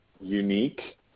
unique